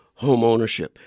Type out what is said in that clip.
homeownership